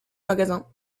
magasin